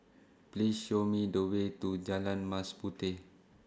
Please Show Me The Way to Jalan Mas Puteh